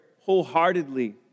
wholeheartedly